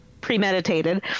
premeditated